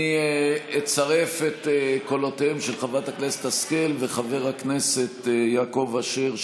אני אצרף את קולותיהם של חברת הכנסת השכל וחבר הכנסת יעקב אשר,